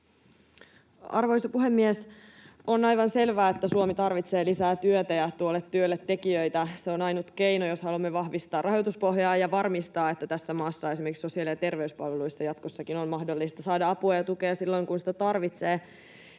Arvoisa puhemies! On aivan selvää, että Suomi tarvitsee lisää työtä ja tuolle työlle tekijöitä — se on ainut keino, jos haluamme vahvistaa rahoituspohjaa ja varmistaa, että tässä maassa esimerkiksi sosiaali- ja terveyspalveluista jatkossakin on mahdollista saada apua ja tukea silloin, kun sitä tarvitsee.